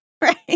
right